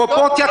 פרופורציה,